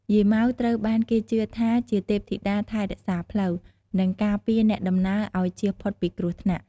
យាយម៉ៅ ត្រូវបានគេជឿថាជា ទេពធីតាថែរក្សាផ្លូវ និងការពារអ្នកដំណើរឱ្យជៀសផុតពីគ្រោះថ្នាក់។